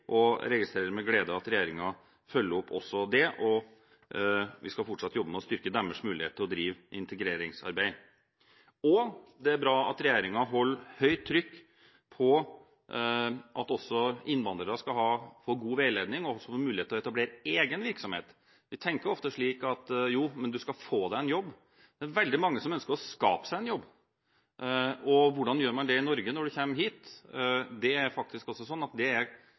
Jeg registrerer med glede at regjeringen følger opp også det, og vi skal fortsatt jobbe med å styrke deres mulighet til å drive integreringsarbeid. Det er bra at regjeringen holder høyt trykk på at innvandrere skal få god veiledning og også få mulighet til å etablere egen virksomhet. Vi tenker ofte slik at jo, du skal få deg en jobb – men det er veldig mange som ønsker å skape seg en jobb. Hvordan gjør man det i Norge når man kommer hit? Det er faktisk også